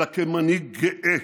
אלא כמנהיג גאה